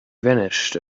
vanished